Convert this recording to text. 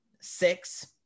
six